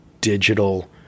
digital